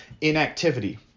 inactivity